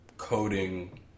coding